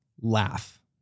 laugh